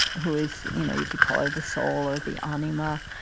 who is you know you could call her the soul or the anima.